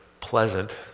pleasant